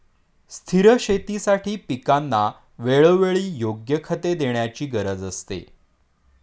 स्थिर शेतीसाठी पिकांना वेळोवेळी योग्य खते देण्याची गरज असते